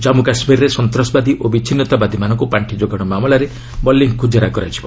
ଜନ୍ମୁ କାଶ୍ମୀରରେ ସନ୍ତାସବାଦୀ ଓ ବିଚ୍ଛିନ୍ନତାବାଦୀମାନଙ୍କୁ ପାଣ୍ଡି ଯୋଗାଣ ମାମଲାରେ ମଲିକଙ୍କୁ ଜେରା କରାଯିବ